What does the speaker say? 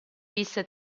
visse